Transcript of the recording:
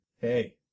Hey